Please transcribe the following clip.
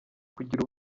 kugira